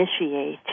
initiate